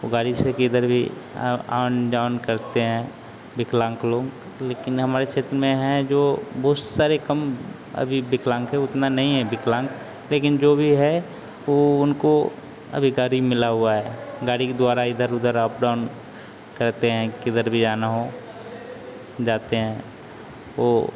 वो गाड़ी से किधर भी आ आन जान करते हैं विकलांग लोग लेकिन हमारे क्षेत्र में हैं जो वो सारे कम अभी विकलांग हैं उतना नहीं हैं विकलांग लेकिन जो भी है वो उनको अभी गाड़ी मिला हुआ है गारी के द्वारा इधर उधर अप डाउन करते हैं किधर भी जाना हो जाते हैं ओ